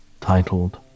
titled